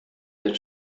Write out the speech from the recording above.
den